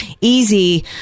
easy